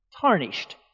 tarnished